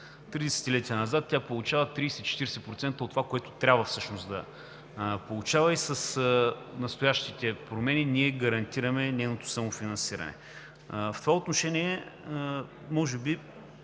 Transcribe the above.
десетилетия назад тя получава 30 – 40% от това, което всъщност трябва да получава, и с настоящите промени ние гарантираме нейното самофинансиране. В това отношение може би